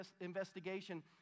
investigation